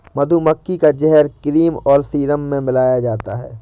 मधुमक्खी का जहर क्रीम और सीरम में मिलाया जाता है